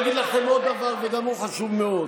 ואני אגיד לכם עוד דבר, וגם הוא חשוב מאוד.